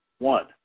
One